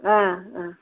ஆ ஆ